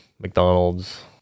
McDonald's